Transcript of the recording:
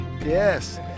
Yes